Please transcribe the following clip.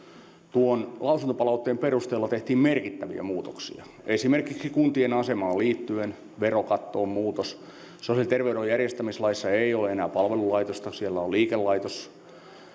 tuon lausuntopalautteen perusteella tehtiin merkittäviä muutoksia esimerkiksi kuntien asemaan liittyen verokattoon tuli muutos sosiaali ja terveydenhoidon järjestämislaissa ei ole enää palvelulaitosta siellä on liikelaitos ja